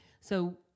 So-